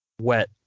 wet